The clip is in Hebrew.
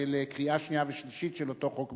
לקריאה שנייה ושלישית של אותו חוק מדובר.